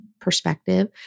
perspective